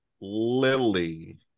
Lily